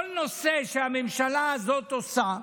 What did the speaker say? כל נושא שהממשלה הזאת עושה,